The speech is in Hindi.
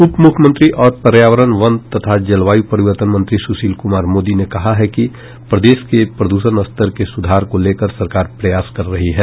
उप मुख्यमंत्री और पर्यावरण वन तथा जलवायु परिवर्तन मंत्री सुशील कुमार मोदी ने कहा है कि प्रदेश के प्रदूषण स्तर के सुधार को लेकर सरकार प्रयास कर रही है